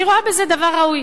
אני רואה בזה דבר ראוי.